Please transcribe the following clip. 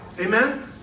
Amen